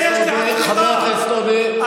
תתבייש לך, חבר הכנסת עודה,